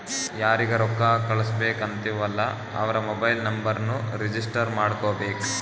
ಯಾರಿಗ ರೊಕ್ಕಾ ಕಳ್ಸುಬೇಕ್ ಅಂತಿವ್ ಅಲ್ಲಾ ಅವ್ರ ಮೊಬೈಲ್ ನುಂಬರ್ನು ರಿಜಿಸ್ಟರ್ ಮಾಡ್ಕೋಬೇಕ್